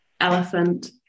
Elephant